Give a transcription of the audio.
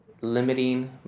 limiting